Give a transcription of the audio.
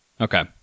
Okay